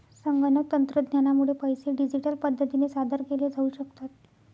संगणक तंत्रज्ञानामुळे पैसे डिजिटल पद्धतीने सादर केले जाऊ शकतात